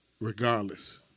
Regardless